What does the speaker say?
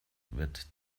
wird